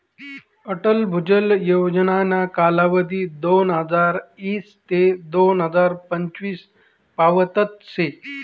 अटल भुजल योजनाना कालावधी दोनहजार ईस ते दोन हजार पंचवीस पावतच शे